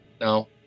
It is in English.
No